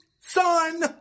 son